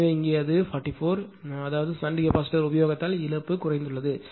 எனவே இங்கே அது 44 அதாவது ஷன்ட் கெபாசிட்டர் உபயோகித்ததால் இழப்பு குறைந்துள்ளது